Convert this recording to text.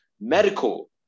medical